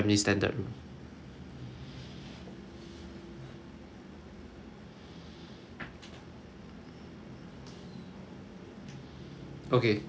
okay